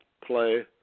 play